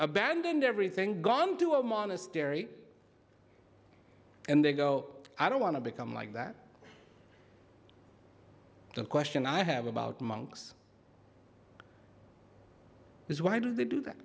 abandoned everything gone to a monastery and they go i don't want to become like that the question i have about monks is why did they do that